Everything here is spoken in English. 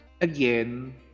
Again